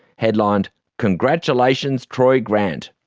headlined congratulations troy grant.